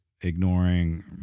ignoring